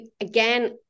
again